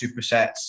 supersets